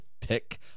pick